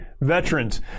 veterans